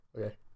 Okay